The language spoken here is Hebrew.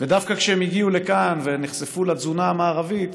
ודווקא כשהם הגיעו לכאן ונחשפו לתזונה המערבית